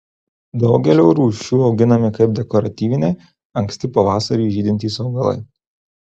daugelio rūšių auginami kaip dekoratyviniai anksti pavasarį žydintys augalai